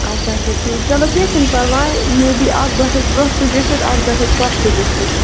اَچھا اَچھا ٹھیٖک چلو کیٚنٛہہ چھُنہٕ پَرواے مےَ بی اَکھ دۄہ ہیٚکہِ برٛونٛہہ تہِ گٔژھِتھ اَکھ دۄہ ہیٚکہِ پَتھ تہِ گٔژھِتھ